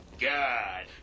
god